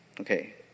Okay